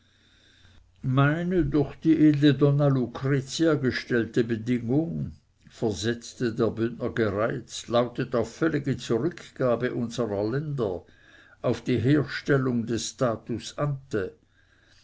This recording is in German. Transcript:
meine durch die edle donna lucretia gestellte bedingung versetzte der bündner gereizt lautet auf völlige zurückgabe unsrer länder auf die herstellung des status